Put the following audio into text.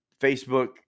Facebook